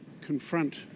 confront